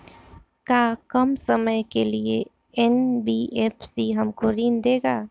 का कम समय के लिए एन.बी.एफ.सी हमको ऋण देगा?